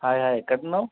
hi hi ఎక్కడున్నావు